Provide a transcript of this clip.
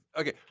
okay.